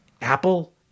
apple